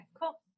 cool